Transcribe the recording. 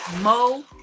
Mo